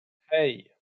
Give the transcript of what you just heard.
hey